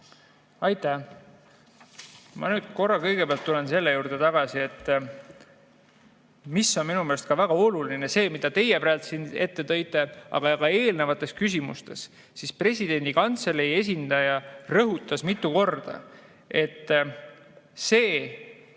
Aitäh! Ma korra kõigepealt tulen selle juurde tagasi, mis on minu meelest ka väga oluline. See, mida teie praegu siin ette tõite, aga ka eelnevates küsimustes – presidendi kantselei esindaja rõhutas mitu korda, et kui